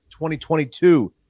2022